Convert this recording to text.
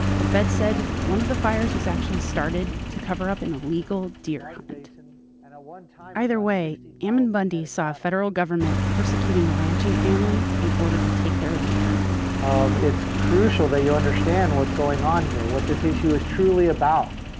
the feds said one of the fires was actually started to cover up an illegal deer hunt and either way, ammon bundy saw a federal government persecuting a ranching family in order to take their land um it's crucial that you understand what's going on here. what this issue is truly about.